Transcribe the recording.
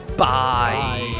Bye